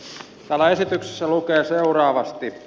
täällä esityksessä lukee seuraavasti